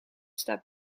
staat